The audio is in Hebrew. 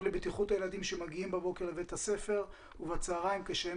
לבטיחות הילדים שמגיעים בבוקר לבית הספר ובצוהריים כשהם